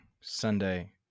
Sunday